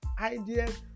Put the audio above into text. ideas